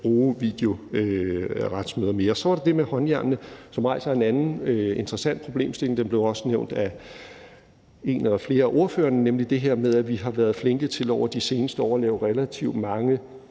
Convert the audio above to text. bruge videoretsmøder mere. Så var der det med håndjernene, som rejser en anden interessant problemstilling – den blev også nævnt af en eller flere af ordførerne – nemlig det her med, at vi over de seneste år har været flinke til at lave relativt mange